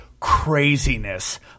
craziness